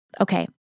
okay